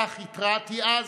כך התרעתי אז,